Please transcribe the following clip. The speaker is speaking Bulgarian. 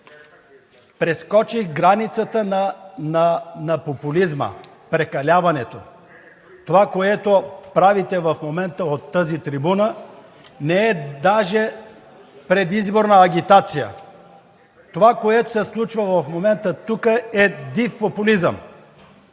прескочихте границата на популизма, прекаляването. Това, което правите в момента от тази трибуна, не е даже предизборна агитация. Това, което се случва в момента тук, е див популизъм.